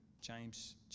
James